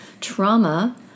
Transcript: Trauma